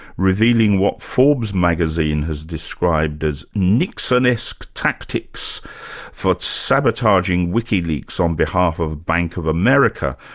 revealing what forbes magazine has described as nixonesque tactics for sabotaging wikileaks on behalf of bank of america,